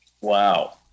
Wow